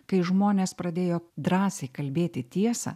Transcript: kai žmonės pradėjo drąsiai kalbėti tiesą